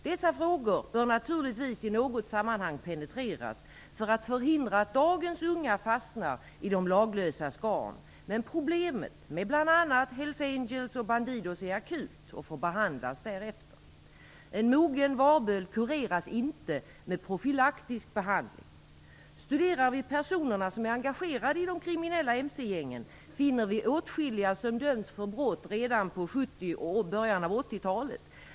Dessa frågor bör naturligtvis i något sammanhang penetreras för att förhindra att dagens unga fastnar i de laglösas garn. Men problemet med bl.a. Hells Angels och Bandidos är akut och får behandlas därefter. En mogen varböld kureras inte med profylaktisk behandling. Studerar vi personerna som är engagerade i de kriminella mc-gängen, finner vi åtskilliga som dömts för brott redan på 70-talet och i början av 80-talet.